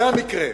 זה המקרה.